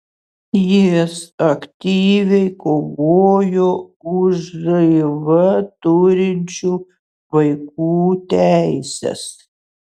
jis aktyviai kovojo už živ turinčių vaikų teises